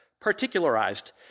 particularized